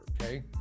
Okay